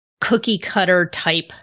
cookie-cutter-type